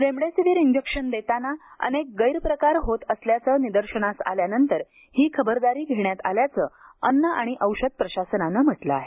remdesivir injection देताना अनेक गैरप्रकार होत असल्याचं निदर्शनास आल्यानंतर ही खबरदारी घेण्यात आल्याचं अन्न आणि औषध प्रशासनानं म्हटलं आहे